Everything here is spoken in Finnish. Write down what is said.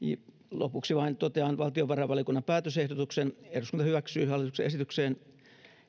lopuksi vain totean valtiovarainvaliokunnan päätösehdotuksen eduskunta hyväksyy hallituksen esitykseen